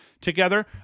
together